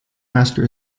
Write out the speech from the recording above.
master